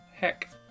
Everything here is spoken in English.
Heck